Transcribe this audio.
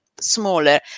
smaller